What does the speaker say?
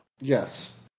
Yes